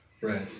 Right